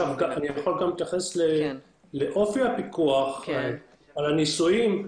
אני יכול גם להתייחס לאופי הפיקוח על הניסויים.